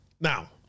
Now